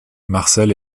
marcel